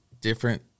different